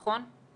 נכון?